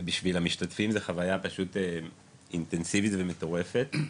ובשביל המשתתפים זו חוויה אינטנסיבית ומטורפת,